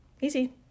Easy